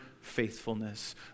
faithfulness